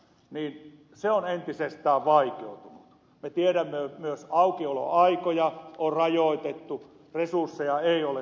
me tiedämme että myös aukioloaikoja on rajoitettu resursseja ei ole tullut lisää